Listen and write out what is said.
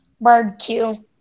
barbecue